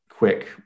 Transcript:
quick